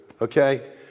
okay